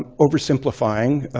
um oversimplifying,